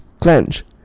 clench